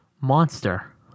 monster